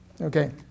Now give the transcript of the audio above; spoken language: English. okay